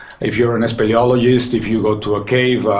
if you're an speleologist, if you go to a cave,